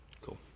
Cool